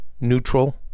neutral